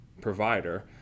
provider